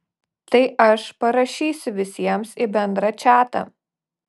tai aš parašysiu visiems į bendrą čatą